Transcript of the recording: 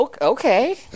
okay